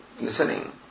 listening